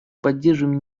поддерживаем